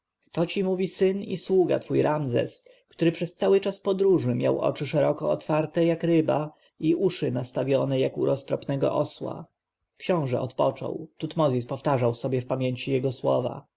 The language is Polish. to ci mówi syn i sługa twój ramzes który przez cały czas podróży miał oczy ciągle otwarte jak ryba i uszy nastawione jak u roztropnego osła książę odpoczął tutmozis powtarzał sobie w pamięci jego słowa